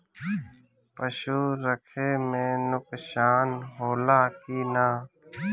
पशु रखे मे नुकसान होला कि न?